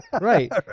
right